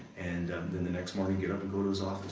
and then, the next morning get and go to his office.